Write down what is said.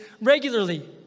regularly